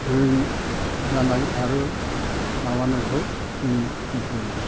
बेबादि जानाय आरो माबानायखौ जोङो नुहुरो